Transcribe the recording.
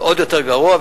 זה עוד יותר גרוע,